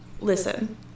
Listen